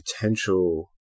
potential